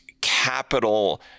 capital